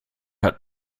hat